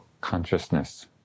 consciousness